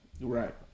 Right